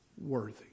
worthy